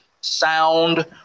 Sound